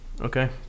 okay